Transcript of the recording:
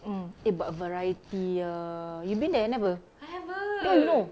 mm eh but variety ah you've been there never how you know